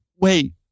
wait